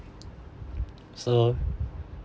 so